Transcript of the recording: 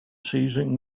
seizing